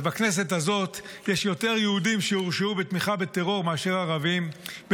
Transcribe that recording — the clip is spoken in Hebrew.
אז בכנסת הזאת יש יותר יהודים שהורשעו בתמיכה בטרור מאשר ערבים,